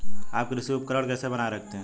आप कृषि उपकरण कैसे बनाए रखते हैं?